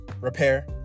repair